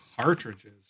Cartridges